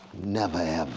never